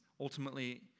ultimately